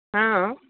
हॅं